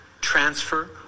transfer